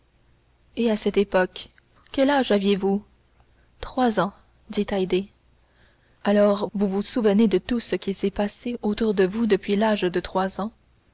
et à cette époque quel âge aviez-vous trois ans dit haydée alors vous vous souvenez de tout ce qui s'est passé autour de vous depuis l'âge de trois ans